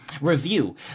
Review